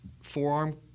forearm